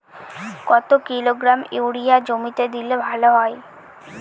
কত kilogram urea জমিতে দিলে ভালো হয়?